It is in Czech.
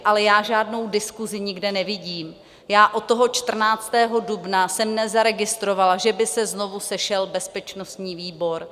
Ale já žádnou diskusi nikde nevidím, já od toho 14. dubna jsem nezaregistrovala, že by se znovu sešel bezpečnostní výbor.